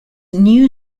new